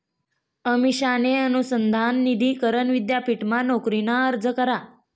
अमिषाने अनुसंधान निधी करण विद्यापीठमा नोकरीना अर्ज करा